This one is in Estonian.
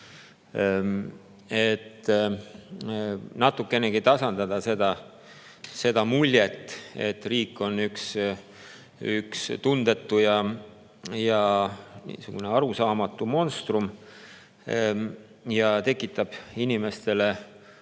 et natukenegi tasandada seda muljet, et riik on tundetu ja arusaamatu monstrum, mis tekitab inimestele,